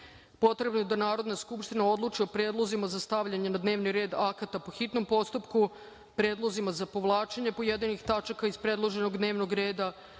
potrebno je da Narodna skupština odluči o predlozima za stavljanje na dnevni red akata po hitnom postupku, predlozima za povlačenje pojedinih tačaka iz predloženog dnevnog reda,